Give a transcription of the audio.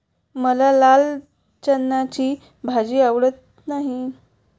मला लाल चण्याची भाजी आवडत नाही